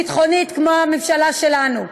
ביטחונית כמו הממשלה שלנו.